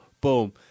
Boom